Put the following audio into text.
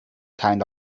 kind